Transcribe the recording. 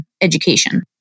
education